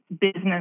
business